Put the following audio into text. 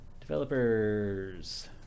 Developers